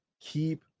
keep